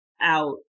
out